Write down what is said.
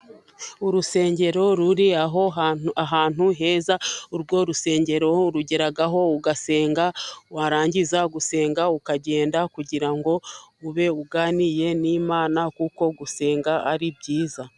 Urusengero ruri aho hantu, ahantu heza, urwo rusengero urugeraho, ugasenga, warangiza gusenga ukagenda, kugira ngo ube uganiriye n'Imana kuko gusenga ari byiza.